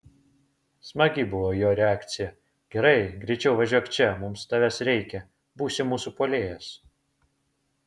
smagi buvo jo reakcija gerai greičiau važiuok čia mums tavęs reikia būsi mūsų puolėjas